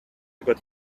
got